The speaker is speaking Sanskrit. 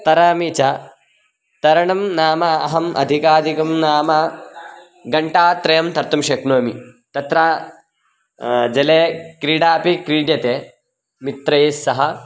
तरामि च तरणं नाम अहम् अधिकादिकं नाम घण्टात्रयं तर्तुं शक्नोमि तत्र जले क्रीडा अपि क्रीड्यते मित्रैस्सह